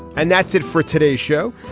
and that's it for today's show.